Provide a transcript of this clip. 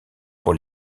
pour